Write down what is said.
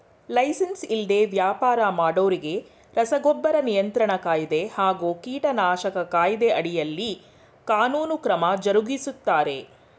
licence ಇಲ್ದೆ ವ್ಯಾಪರ ಮಾಡೋರಿಗೆ ರಸಗೊಬ್ಬರ ನಿಯಂತ್ರಣ ಕಾಯ್ದೆ ಹಾಗೂ ಕೀಟನಾಶಕ ಕಾಯ್ದೆ ಅಡಿಯಲ್ಲಿ ಕಾನೂನು ಕ್ರಮ ಜರುಗಿಸ್ತಾರೆ